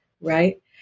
right